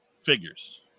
figures